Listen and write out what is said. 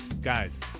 Guys